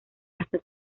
hasta